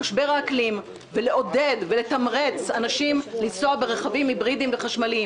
למשבר האקלים ולעודד ולתמרץ אנשים לנסוע ברכבים היברידיים וחשמליים,